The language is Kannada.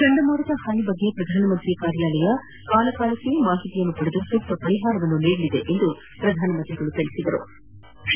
ಚಂಡಮಾರುತ ಹಾನಿ ಕುರಿತಂತೆ ಪ್ರಧಾನಮಂತ್ರಿ ಕಾರ್ಯಾಲಯ ಕಾಲಕಾಲಕ್ಕೆ ಮಾಹಿತಿಯನ್ನು ಪಡೆದು ಸೂಕ್ತ ಪರಿಹಾರವನ್ನು ನೀಡಲಿದೆ ಎಂದರು